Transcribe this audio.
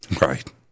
Right